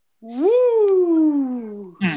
Woo